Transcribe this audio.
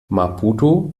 maputo